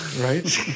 right